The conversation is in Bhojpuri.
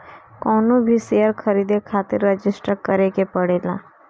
कवनो भी शेयर खरीदे खातिर रजिस्टर करे के पड़ेला